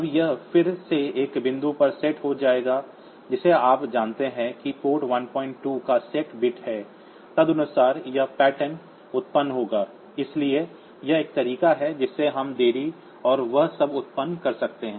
अब यह फिर से एक बिंदु पर सेट हो जाएगा जिसे आप जानते हैं कि पोर्ट 12 का सेट बिट है और तदनुसार यह पैटर्न उत्पन्न होगा इसलिए यह एक तरीका है जिससे हम देरी और वह सब उत्पन्न कर सकते हैं